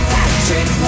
Patrick